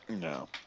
No